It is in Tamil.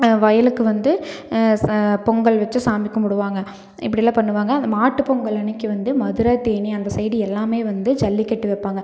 வயலுக்கு வந்து பொங்கல் வச்சி சாமி கும்பிடுவாங்க இப்டிலாம் பண்ணுவாங்க அந்த மாட்டுப் பொங்கல் அன்றைக்கி வந்து மதுரை தேனீ அந்த சைடு எல்லாமே வந்து ஜல்லிக்கட்டு வைப்பாங்க